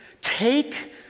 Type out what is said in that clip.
take